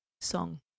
song